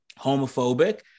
homophobic